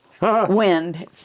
wind